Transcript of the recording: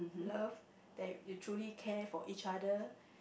love that it truly care for each other